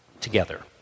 together